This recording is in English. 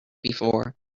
before